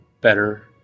better